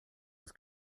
was